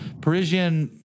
Parisian